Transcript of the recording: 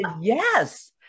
Yes